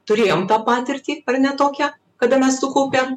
turėjom tą patirtį ar ne tokią kada mes sukaupėm